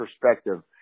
perspective